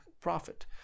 profit